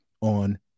on